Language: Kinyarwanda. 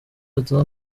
aza